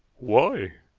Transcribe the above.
why?